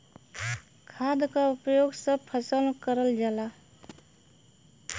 खाद क उपयोग सब फसल में करल जाला